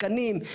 תקנים,